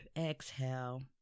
exhale